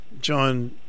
John